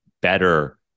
better